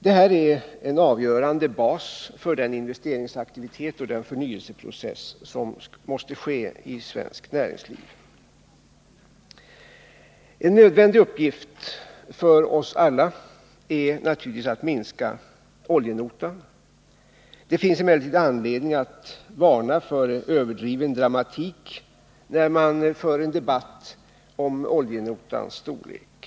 Det här är en avgörande bas för den investeringsaktivitet och den förnyelseprocess som måste finnas i svenskt näringsliv. En nödvändig uppgift för oss alla är naturligtvis att minska oljenotan. Det finns emellertid anledning att varna för överdriven dramatik när man för en debatt om oljenotans storlek.